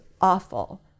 awful